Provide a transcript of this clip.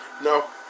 No